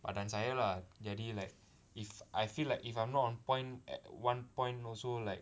badan saya lah jadi like if I feel like if I'm not on point at one point also like